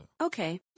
Okay